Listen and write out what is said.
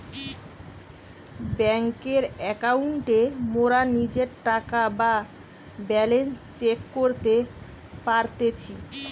বেংকের একাউন্টে মোরা নিজের টাকা বা ব্যালান্স চেক করতে পারতেছি